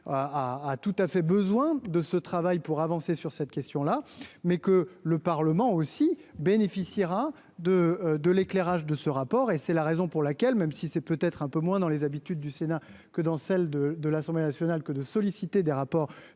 à tout à fait besoin de ce travail pour avancer sur cette question là, mais que le Parlement aussi bénéficiera de de l'éclairage de ce rapport et c'est la raison pour laquelle, même si c'est peut-être un peu moins dans les habitudes du Sénat que dans celle de de l'Assemblée nationale que de solliciter des rapports